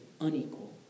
unequal